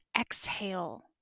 exhale